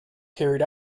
carried